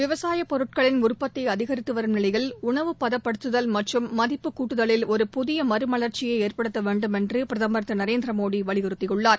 விவசாயப் பொருட்களின் உற்பத்திஅதிகரித்துவரும் நிலையில் உணவுப்படுத்துதல் மற்றும் மதிப்புக் கூட்டுதலில் ஒரு புதியமறுமலர்ச்சியைஏற்படுத்தவேண்டுமென்றபிரதமர் திருநரேந்திரமோடிவலியுறுத்தியுள்ளார்